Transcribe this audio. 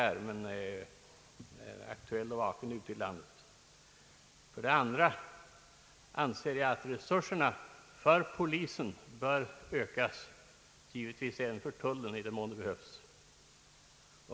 För det andra anser jag att resurserna för polisen bör ökas — givetvis även för tullen i den mån det behövs.